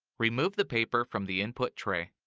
remove the paper from the input tray.